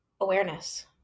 awareness